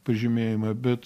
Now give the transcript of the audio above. pažymėjimą bet